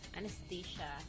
Anesthesia